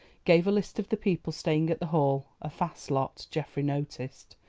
gave a list of the people staying at the hall a fast lot, geoffrey noticed,